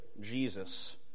Jesus